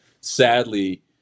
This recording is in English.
sadly